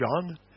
John